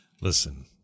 Listen